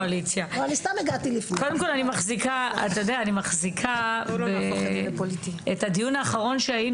אני מחזיקה את הדיון האחרון,